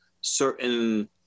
certain